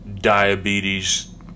diabetes